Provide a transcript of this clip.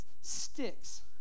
sticks